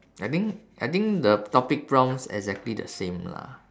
I think I think the topic prompts exactly the same lah